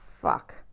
fuck